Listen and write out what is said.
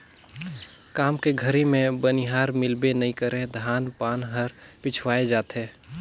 काम के घरी मे बनिहार मिलबे नइ करे धान पान हर पिछवाय जाथे